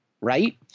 Right